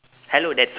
hello that's